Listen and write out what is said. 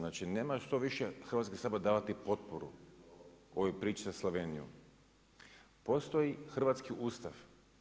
Znači, nema što više Hrvatski sabor davati potporu ovoj priči sa Slovenijom, postoji hrvatski Ustav.